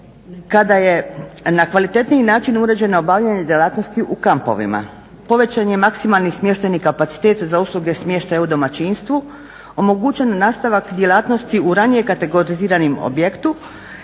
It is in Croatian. kada je na kvalitetniji način uređeno obavljanje djelatnosti u kampovima, povećan je maksimalni kapacitet za usluge smještaja u domaćinstvu, omogućen nastavak djelatnosti u ranije kategoriziranom objektu,